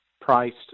priced